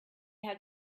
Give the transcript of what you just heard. had